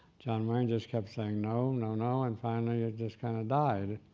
john wayne just kept saying no no no, and finally it just kind of died.